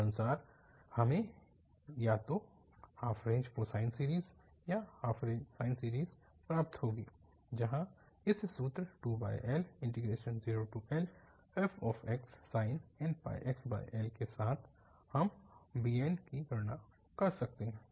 तदनुसार हमें या तो हाफ रेंज कोसाइन सीरीज़ या हाफ रेंज साइन सीरीज़ प्राप्त होगी जहाँ इस सूत्र 2L0Lfxsin nπxL के साथ हम bn की गणना कर सकते हैं